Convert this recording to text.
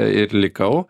ir likau